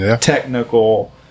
technical